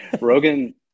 rogan